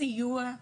סיוע.